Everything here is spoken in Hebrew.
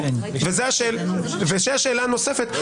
וזו השאלה הנוספת,